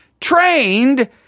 trained